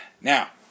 Now